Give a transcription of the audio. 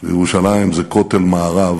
וירושלים זה כותל מערב,